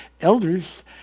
elders